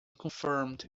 confirmed